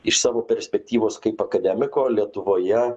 iš savo perspektyvos kaip akademiko lietuvoje